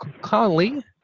Conley